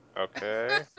Okay